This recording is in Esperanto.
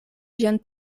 ĝian